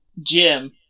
jim